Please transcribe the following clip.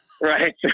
right